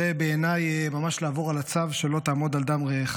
זה בעיניי ממש לעבור על הצו של "לא תעמוד על דם רעך".